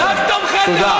רק תומכי טרור